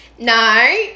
No